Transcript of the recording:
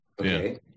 okay